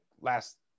last